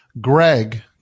Greg